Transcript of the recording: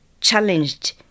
challenged